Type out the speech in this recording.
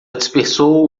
dispersou